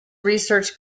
research